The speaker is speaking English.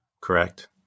correct